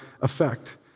effect